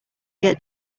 get